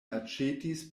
aĉetis